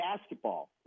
basketball